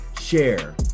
share